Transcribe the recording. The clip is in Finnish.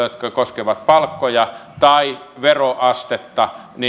jotka koskevat palkkoja tai veroastetta